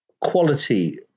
quality